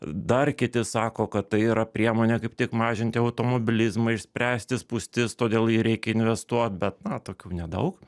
dar kiti sako kad tai yra priemonė kaip tik mažinti automobilizmą išspręsti spūstis todėl į jį reikia investuot bet na tokių nedaug